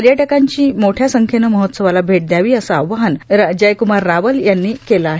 पर्यटकांनी मोठ्या संख्येने महोत्सवाला भेट द्यावी असे आवाहन मंत्री जयक्मार रावल यांनी केले आहे